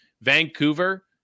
Vancouver